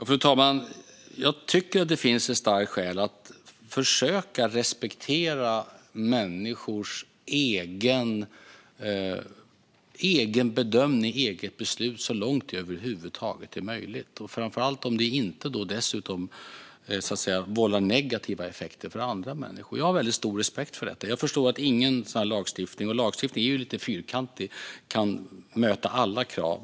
Fru talman! Det finns starka skäl att försöka respektera människors egenbedömning och egetbeslut så långt det över huvud taget är möjligt. Det gäller framför allt om det dessutom inte vållar negativa effekter för andra människor. Jag har väldigt stor respekt för detta. Lagstiftning är lite fyrkantig. Jag förstår att ingen kan möta alla krav.